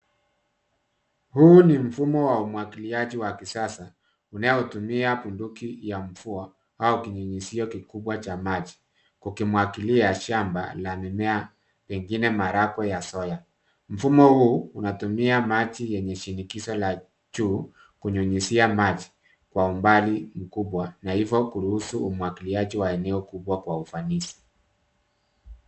Huu ni mfumo wa umwagiliaji wa kisasa unayotumia bunduki ya mvua au kinyunyizio kikubwa cha maji kukimwagilia shamba la mimea pengine maharagwe ya soya. Mfumo huu unatumia maji yenye shinikizo la juu kunyunyizia maji kwa umbali mkubwa kwa hivyo kuruhusu umwagiliaji wa eneo kubwa kwa ufanisi.